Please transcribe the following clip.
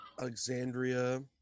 Alexandria